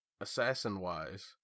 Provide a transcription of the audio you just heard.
assassin-wise